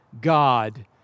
God